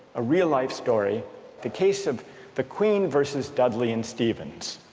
a real-life story the case of the queen versus dudley and stephens.